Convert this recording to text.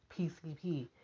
PCP